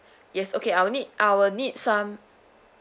yes okay I will need I will need some